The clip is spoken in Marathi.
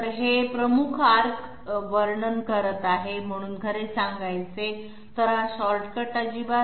हे एक प्रमुख आर्कचे वर्णन करत आहे म्हणून खरे सांगायचे तर हा शॉर्टकट अजिबात नाही